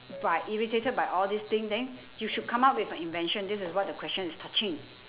by irritated by all these thing then you should come up with a invention this is what the question is touching